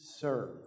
serve